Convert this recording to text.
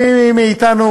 למי מאתנו,